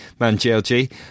ManGLG